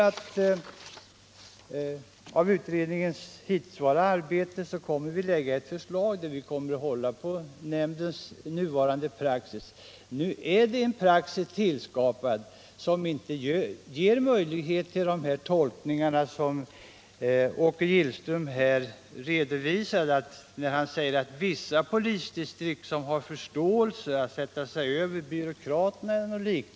Av utredningens hittillsvarande arbete att döma kommer den att framlägga ett förslag om att nämndens nuvarande praxis bibehålls. Det finns alltså en praxis som inte ger möjligheter till de tolkningar som Åke Gillström redovisade. Han sade att vissa polisdistrikt som hade förståelse för detta satte sig över byråkraterna.